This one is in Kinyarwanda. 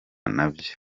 nabyo